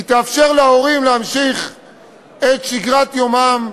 היא תאפשר להורים להמשיך את שגרת יומם,